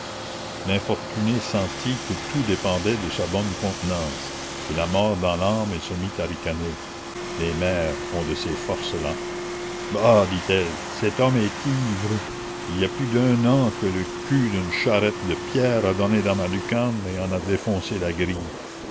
l'infortunée sentit que tout dépendait de sa bonne contenance et la mort dans l'âme elle se mit à ricaner les mères ont de ces forces là bah dit-elle cet homme est ivre il y a plus d'un an que le cul d'une charrette de pierres a donné dans ma lucarne et en a défoncé la grille